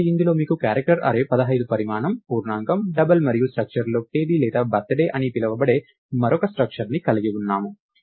కాబట్టి ఇందులో మనకు క్యారక్టర్ అర్రే 15 పరిమాణం పూర్ణాంకం డబుల్ మరియు స్ట్రక్చర్ లో తేదీ లేదా బర్తడే అని పిలువబడే మరొక స్ట్రక్చర్ ని కలిగి ఉన్నాము